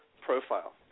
profile